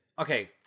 Okay